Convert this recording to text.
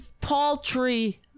paltry